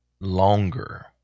longer